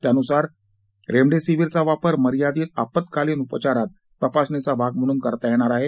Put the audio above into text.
त्यानुसार रेमडेसिवीर चा वापर मर्यादित आपत्कालीन उपचारात तपासणीचा भाग म्हणून करता येणार आहे